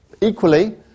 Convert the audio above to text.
Equally